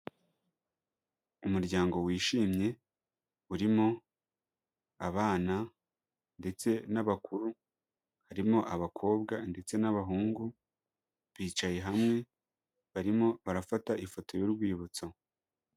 Umuryango wishimye urimo abana ndetse n'abakuru, harimo abakobwa ndetse n'abahungu, bicaye hamwe barimo barafata ifoto y'urwibutso.